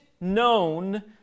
known